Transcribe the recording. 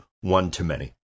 one-to-many